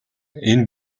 энэ